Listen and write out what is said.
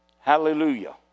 Hallelujah